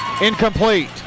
incomplete